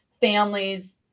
families